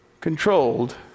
controlled